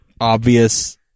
obvious